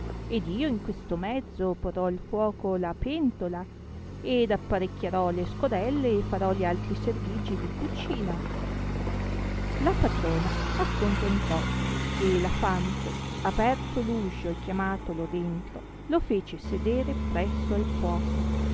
ed io in questo mezzo porrò al fuoco la pentola ed apparecchiarò le scodelle e farò gli altri servigi di cucina la patrona accontentò e la fante aperto uscio e chiamatolo dentro lo fece sedere presso al fuoco